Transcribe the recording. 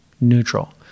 neutral